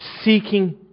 seeking